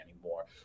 anymore